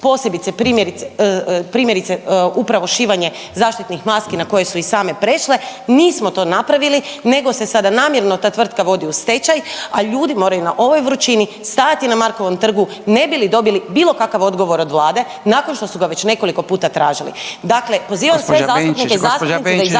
posebice primjerice upravo šivanje zaštitnih maski na koje su i same prešle, nismo to napravili nego se sada namjerno ta tvrtka vodi u stečaj, a ljudi moraju na ovoj vrućini stajati na Markovom trgu ne bi li dobili bilo kakav odgovor od Vlade nakon što su ga već nekoliko puta tražili. Dakle, pozivam sve zastupnike, zastupnice …/Upadica: